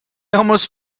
almost